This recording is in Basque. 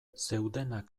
zeudenak